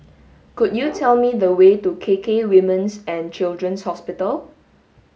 could you tell me the way to K K Women's and Children's Hospital